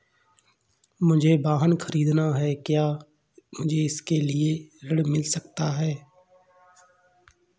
मुझे वाहन ख़रीदना है क्या मुझे इसके लिए ऋण मिल सकता है?